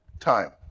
time